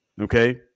okay